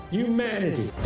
humanity